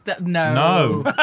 No